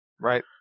Right